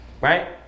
right